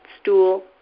stool